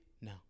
No